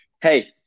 Hey